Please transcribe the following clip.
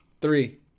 Three